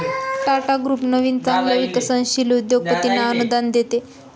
Tata group नवीन चांगल्या विकसनशील उद्योगपतींना अनुदान देते